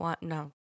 No